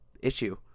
issue